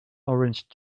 orange